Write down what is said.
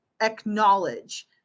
acknowledge